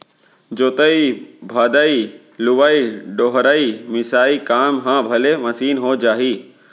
जोतइ भदई, लुवइ डोहरई, मिसाई काम ह भले मसीन हो जाही